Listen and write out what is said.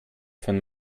von